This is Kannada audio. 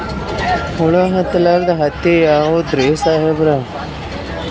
ಹುಳ ಹತ್ತಲಾರ್ದ ಹತ್ತಿ ಯಾವುದ್ರಿ ಸಾಹೇಬರ?